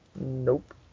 Nope